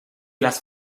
las